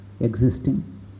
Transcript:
existing